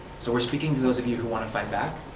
so are speaking to those of you who want to fight back,